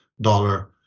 dollar